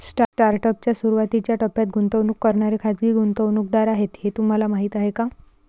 Startup च्या सुरुवातीच्या टप्प्यात गुंतवणूक करणारे खाजगी गुंतवणूकदार आहेत हे तुम्हाला माहीत आहे का?